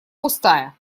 пустая